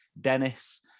Dennis